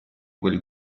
quel